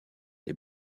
les